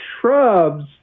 shrubs